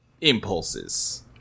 impulses